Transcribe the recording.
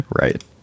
Right